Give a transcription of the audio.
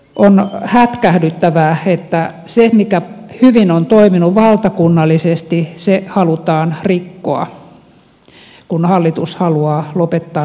on hätkähdyttävää että se mikä on hyvin toiminut valtakunnallisesti halutaan rikkoa kun hallitus haluaa lopettaa nämä sairaanhoitopiirit